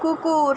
কুকুর